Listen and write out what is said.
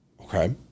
Okay